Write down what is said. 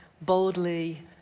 boldly